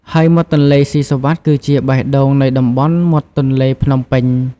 ហើយមាត់ទន្លេសុីសុវត្ថិ គឺជាបេះដូងនៃតំបន់មាត់ទន្លេភ្នំពេញ។